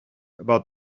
about